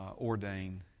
ordain